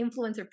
influencer